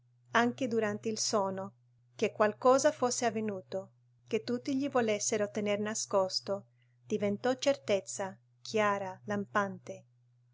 anche durante il sonno che qualcosa fosse avvenuto che tutti gli volessero tener nascosto diventò certezza chiara lampante